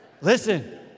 Listen